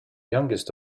youngest